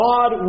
God